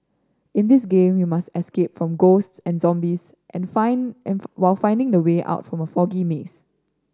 in this game you must escape from ghosts and zombies and while finding the way out from foggy maze